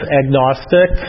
agnostic